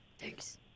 Thanks